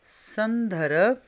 ਸੰਦਰਭ